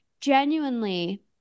genuinely